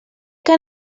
que